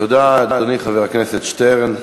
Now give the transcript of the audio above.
תודה, אדוני חבר הכנסת שטרן.